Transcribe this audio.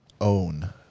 Own